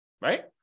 Right